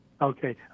Okay